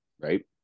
right